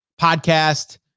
podcast